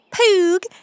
Poog